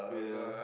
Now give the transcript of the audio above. yeah